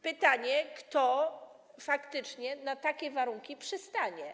Pytanie, kto faktycznie na takie warunki przystanie.